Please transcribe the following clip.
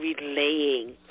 relaying